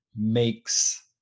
Makes